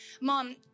Mom